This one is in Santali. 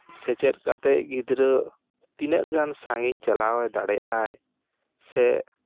ᱥᱮᱪᱮᱫ ᱠᱟᱛᱮᱜ ᱜᱤᱫᱽᱨᱟᱹ ᱛᱤᱱᱟᱹᱜ ᱜᱟᱱ ᱥᱟᱺᱜᱤᱧ ᱪᱟᱞᱟᱣ ᱮ ᱫᱟᱲᱮᱜ ᱟᱭ ᱥᱮ